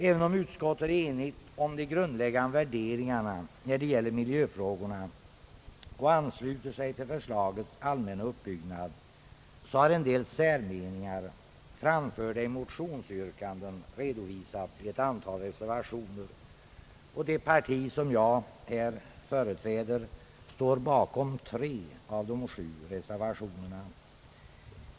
Även om utskottet är enigt beträffande de grundläggande värderingarna när det gäller miljöfrågorna och ansluter sig till förslagets allmänna uppbyggnad, har en del särmeningar, framförda i motionsyrkanden, redovisats i ett antal reservationer. Det parti som jag företräder står bakom tre av de sju reservationerna.